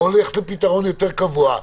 או ללכת לפתרון יותר קבוע,